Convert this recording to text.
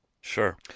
Sure